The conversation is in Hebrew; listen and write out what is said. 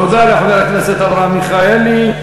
תודה לחבר הכנסת אברהם מיכאלי.